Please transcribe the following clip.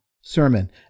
sermon